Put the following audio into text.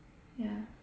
ya